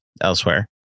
elsewhere